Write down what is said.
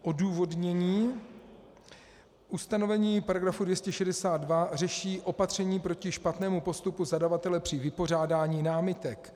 Odůvodnění: Ustanovení § 262 řeší opatření proti špatnému postupu zadavatele při vypořádání námitek.